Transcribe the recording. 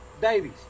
babies